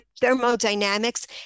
thermodynamics